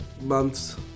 months